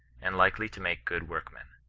and likely to make good workmen.